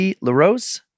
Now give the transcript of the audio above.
LaRose